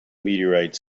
meteorites